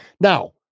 Now